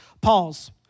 Pause